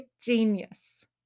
genius